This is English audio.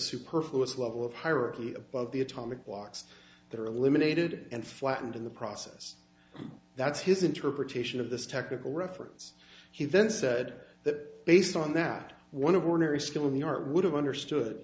superfluous level of hierarchy above the atomic clocks that are eliminated and flattened in the process that's his interpretation of this technical reference he then said that based on that one of ordinary skill in the art would have understood